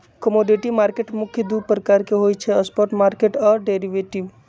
commodity market मुख्य दु प्रकार के होइ छइ स्पॉट मार्केट आऽ डेरिवेटिव